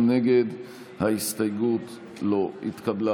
ההסתייגות לא התקבלה.